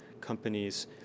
companies